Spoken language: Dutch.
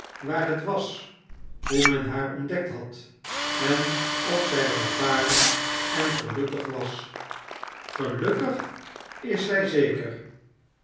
waar het was hoe men haar ontdekt had en of zij welvarend en gelukkig was gelukkig is zij zeker